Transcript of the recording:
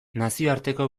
nazioarteko